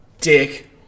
dick